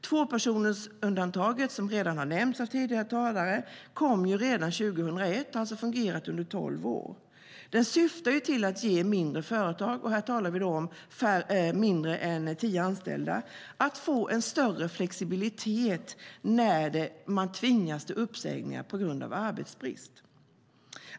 Tvåpersonersundantaget, som redan har nämnts av tidigare talare, kom redan 2001. Det har alltså fungerat i tolv år. Det syftar till att ge mindre företag - här talar vi om företag med mindre än tio anställda - en större flexibilitet när de tvingas till uppsägningar på grund av arbetsbrist.